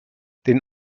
den